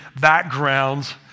backgrounds